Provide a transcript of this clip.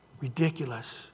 Ridiculous